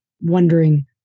wondering